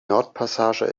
nordpassage